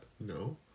No